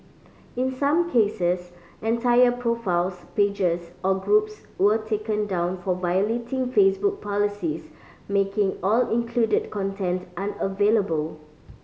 in some cases entire profiles pages or groups were taken down for violating Facebook policies making all included content unavailable